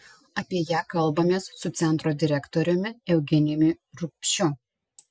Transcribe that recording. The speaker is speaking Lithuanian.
apie ją kalbamės su centro direktoriumi eugenijumi rupšiu